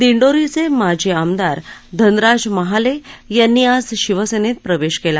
दिंडोरीचे माजी आमदार धनराज महाले यांनी आज शिवसेनेत प्रवेश केला